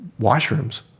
washrooms